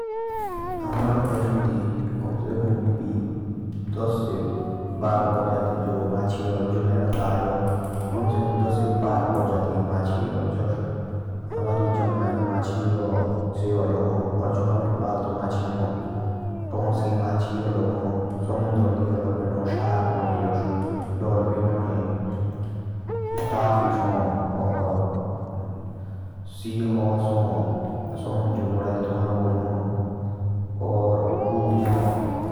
हमारे देशांडे कम से कम भी दस से बारो परजाती की माछी आ। जस हमारे जमना की माछी ह। औऱ पालतू माछी ह। तोंस कीअची अलग ह। सामुंद्रांड़ अलग ह।